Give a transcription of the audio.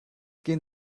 gehen